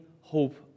hope